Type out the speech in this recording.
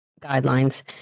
guidelines